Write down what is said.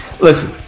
Listen